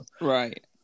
Right